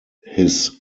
his